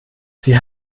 sie